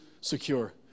secure